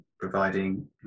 providing